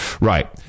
Right